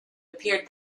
appeared